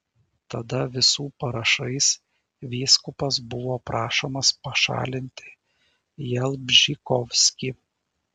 tada visų parašais vyskupas buvo prašomas pašalinti jalbžykovskį